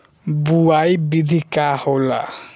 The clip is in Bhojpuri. बुआई विधि का होला?